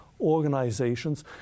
organizations